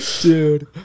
Dude